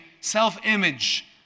self-image